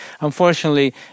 unfortunately